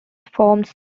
forms